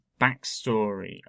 backstory